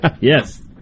Yes